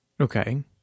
Okay